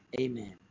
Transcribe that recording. Amen